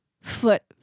Foot